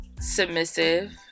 submissive